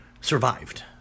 survived